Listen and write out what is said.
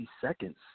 seconds